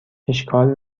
اشکال